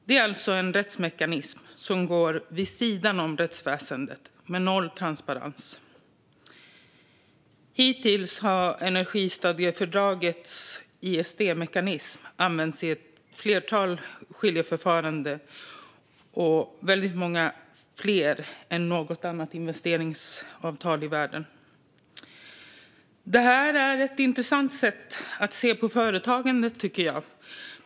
Det är alltså en rättsmekanism som går vid sidan om rättsväsendet, med noll transparens. Hittills har energistadgefördragets ISDS-mekanism använts i ett flertal skiljeförfaranden, väldigt många fler än något annat investeringsavtal i världen. Detta är ett intressant sätt att se på företagande, tycker jag.